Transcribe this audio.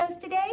today